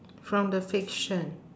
from the fiction